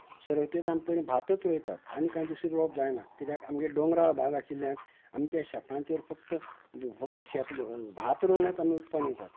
सुरवातेक पयली आमी भातच रोंयतात आनी कांय दुसरें रोंवप जायना कित्याक आमगे दोंगराळ भाग आशिल्ल्यान आमी ते शेतांचेर फक्त फक्त शेत भात रोंवनच आमी उत्पन्न घेतात